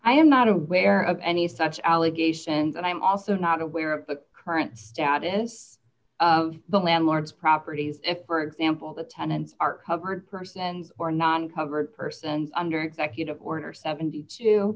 i am not aware of any such allegations and i'm also not aware of the current status of the landlord's properties if for example the tenants are covered person and or non covered persons under executive order seventy two